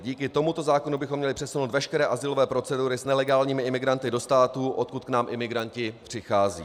Díky tomuto zákonu bychom měli přesunout veškeré azylové procedury s nelegálními imigranty do států, odkud k nám imigranti přicházejí.